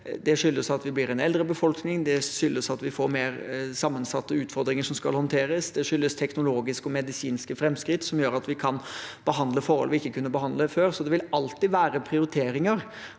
Det skyldes at vi blir en eldre befolkning. Det skyldes at vi får mer sammensatte utfordringer som skal håndteres. Det skyldes teknologiske og medisinske framskritt som gjør at vi kan behandle forhold vi ikke kunne behandle før. Det vil alltid være prioriteringer.